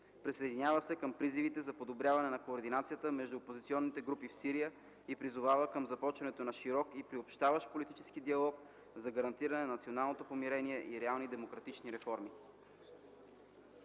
Присъединява се към призивите за подобряване на координацията между опозиционните групи в Сирия и призовава към започването на широк и приобщаващ политически диалог за гарантиране на национално помирение и реални демократични реформи.”